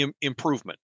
improvement